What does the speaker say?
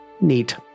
neat